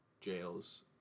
jails